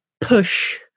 push